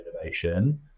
innovation